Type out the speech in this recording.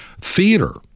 theater